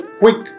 quick